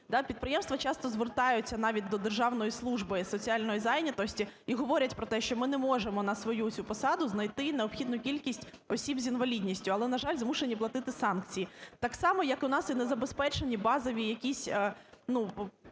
підприємства часто звертаються навіть до Державної служби із соціальної зайнятості, і говорять про те, що ми не можемо на свою цю посаду знайти необхідну кількість осіб з інвалідністю, але, на жаль, змушені платити санкції. Так само, як у нас і не забезпечені базові якісь